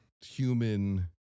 human